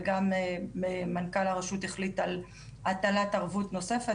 וגם מנכ"ל הרשות החליט על הטלת ערבות נוספת,